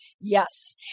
Yes